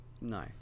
No